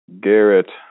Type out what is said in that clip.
Garrett